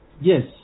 Yes